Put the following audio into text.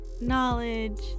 knowledge